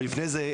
אבל לפני זה,